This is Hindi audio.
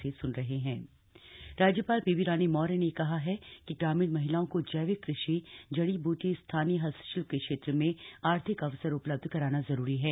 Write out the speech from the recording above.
राज्यपाल राज्यपाल बेबी रानी मौर्य ने कहा है कि ग्रामीण महिलाओं को जैविक कृषि जड़ी ब्टी स्थानीय हस्तशिल्प के क्षेत्र में आर्थिक अवसर उपलब्ध कराना जरूरी है